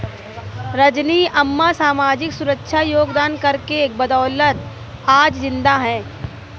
रजनी अम्मा सामाजिक सुरक्षा योगदान कर के बदौलत आज जिंदा है